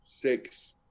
six